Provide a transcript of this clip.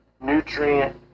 nutrient